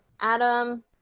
Adam